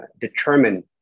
determine